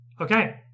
Okay